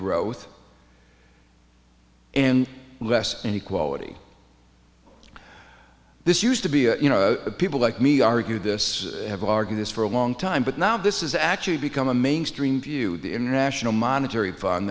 growth and less inequality this used to be a you know people like me argue this have argued this for a long time but now this is actually become a mainstream view the international monetary fund